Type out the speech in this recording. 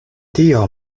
tio